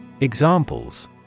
Examples